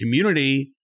community